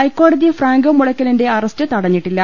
ഹൈക്കോടതി ഫ്രാങ്കോ മുളയ്ക്കലിന്റെ അറസ്റ്റ് തടഞ്ഞിട്ടില്ല